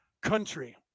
country